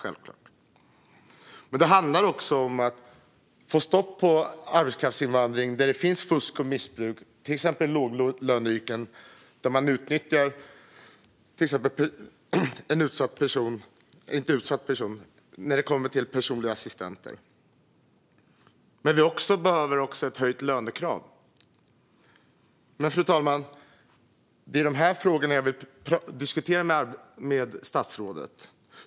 Det handlar också om att få stopp på arbetskraftsinvandring där det finns fusk och missbruk, till exempel i låglöneyrken som personliga assistenter. Vi behöver också ett höjt lönekrav. Fru talman! Det är de här frågorna jag vill diskutera med statsrådet.